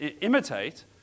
imitate